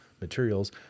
materials